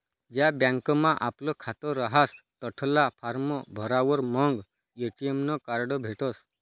ज्या बँकमा आपलं खातं रहास तठला फार्म भरावर मंग ए.टी.एम नं कार्ड भेटसं